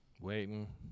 Waiting